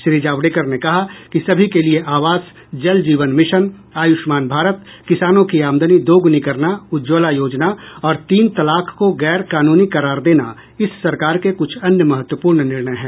श्री जावड़ेकर ने कहा कि सभी के लिए आवास जल जीवन मिशन आयुष्मान भारत किसानों की आमदनी दोगुनी करना उज्जवला योजना और तीन तलाक को गैरकानूनी करार देना इस सरकार के कुछ अन्य महत्वपूर्ण निर्णय हैं